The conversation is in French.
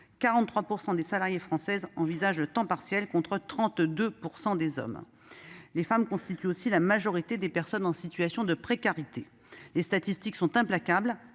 43 % des salariées françaises envisagent un temps partiel, contre 32 % des hommes. Les femmes constituent aussi la majorité des personnes en situation de précarité. Les statistiques sont implacables